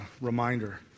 reminder